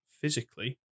physically